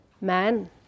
Man